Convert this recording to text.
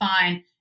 fine